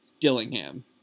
Dillingham